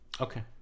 Okay